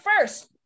first